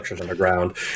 underground